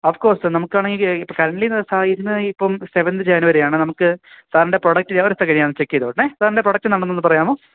of course നമുക്കാണെങ്കില് ഇപ്പോള് currently ഇപ്പോള് സെവന്ത് ജാനുവരി ആണ് നമുക്കു സാറിൻ്റെ പ്രൊഡക്റ്റ് ഒരു സെക്കന്ഡ് ഞാനൊന്നു ചെക്ക് ചെയ്തോട്ടേ സാറിന്റെ പ്രൊഡക്റ്റ് ന്ന് പറയാമോ